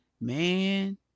man